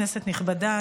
כנסת נכבדה,